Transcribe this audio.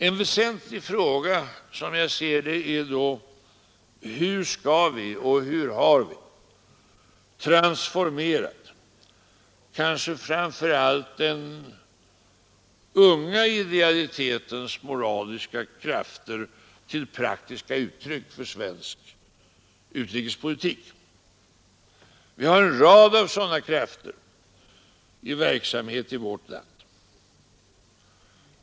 En väsentlig fråga, som jag ser det, är: Hur skall vi och hur har vi transformerat kanske framför allt den unga idealitetens moraliska krafter till praktiska uttryck för svensk utrikespolitik? Det finns en rad sådana krafter i verksamhet i vårt land.